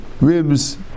ribs